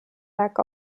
lack